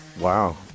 Wow